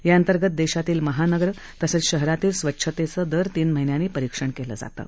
याअंतर्गत देशातील महानगर तसंच शहरातील स्वच्छतेचं दर तीन महिन्यांनी परीक्षण केलं जातं